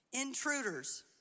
Intruders